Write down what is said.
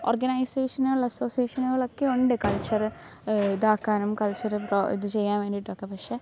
ഓർഗനൈസേഷനുകൾ അസോസിയേഷനുകളെക്കെ ഉണ്ട് കൾച്ചറ് ഇതാക്കാനും കൾച്ചറ് പ്രൊ ഇത് ചെയ്യാൻ വേണ്ടീട്ടൊക്കെ പക്ഷേ